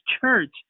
church